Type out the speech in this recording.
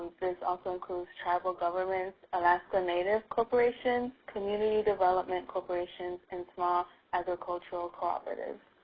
this also includes tribal governments, alaska native corporations, community development corporations and small agricultural cooperative.